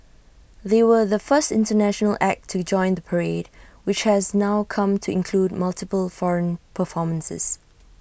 they were the first International act to join the parade which has now come to include multiple foreign performances